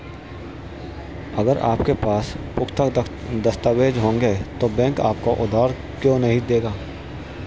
अगर आपके पास पुख्ता दस्तावेज़ होंगे तो बैंक आपको उधार क्यों नहीं देगा?